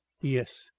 yes.